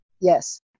Yes